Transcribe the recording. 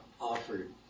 offered